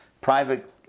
private